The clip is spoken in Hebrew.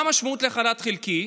מה המשמעות של חל"ת חלקי?